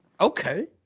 Okay